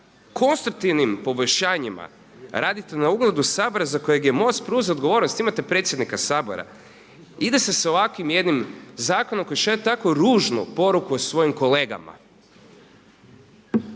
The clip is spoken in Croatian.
konstruktivnim poboljšanjima radite na ugledu Sabora za kojeg je MOST preuzeo odgovornost, imate predsjednika Sabora, ide se s ovakvim jednim zakonom koji šalje takvu ružnu poruku o svojim kolegama.